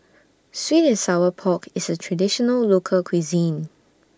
Sweet and Sour Pork IS A Traditional Local Cuisine